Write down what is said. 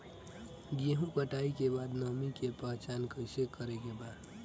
गेहूं कटाई के बाद नमी के पहचान कैसे करेके बा?